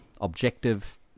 objective